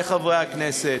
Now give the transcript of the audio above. לחברי חברי הכנסת,